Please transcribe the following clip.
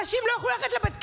אנשים לא יוכלו ללכת לבית כנסת,